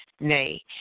nay